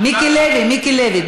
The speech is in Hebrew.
מיקי לוי, מיקי לוי.